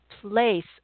place